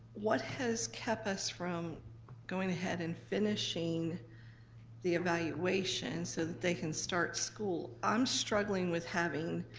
what has kept us from going ahead and finishing the evaluation so that they can start school? i'm struggling with having.